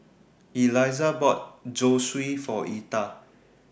Elyssa bought Zosui For Etha